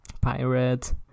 pirate